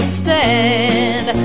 stand